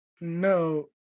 No